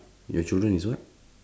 your children is what